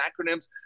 acronyms